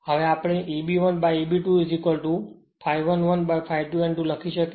આપણે Eb 1 by Eb 2 ∅1 1 by ∅2 n2 લખી શકીએ છીએ